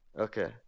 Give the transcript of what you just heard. Okay